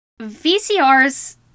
vcrs